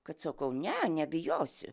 kad sakau ne nebijosiu